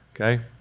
Okay